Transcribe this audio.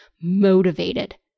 motivated